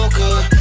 good